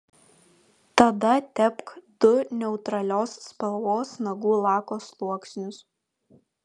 tada tepk du neutralios spalvos nagų lako sluoksnius